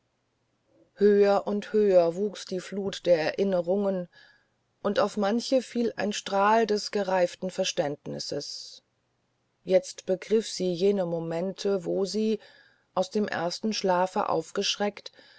höher und höher wuchs die flut der erinnerungen und auf manche fiel ein strahl des gereiften verständnisses jetzt begriff sie jene momente wo sie aus dem ersten schlafe aufschreckend